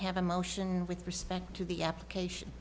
have a motion with respect to the application